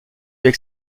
avec